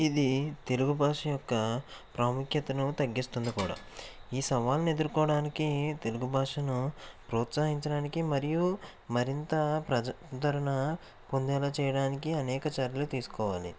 ఇది తెలుగు భాష యొక్క ప్రాముఖ్యతను తగ్గిస్తుంది కూడా ఈ సవాలను ఎదుర్కోవడానికి తెలుగు భాషను ప్రోత్సహించడానికి మరియు మరింత ప్రజాదరణ పొందేలా చేయడానికి అనేక చర్యలు తీసుకోవాలి